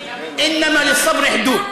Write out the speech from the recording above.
אום כולתום שרה "לסבלנות יש גבול".